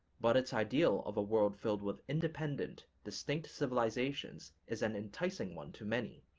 but its ideal of a world filled with independent, distinct civilizations is an enticing one to many,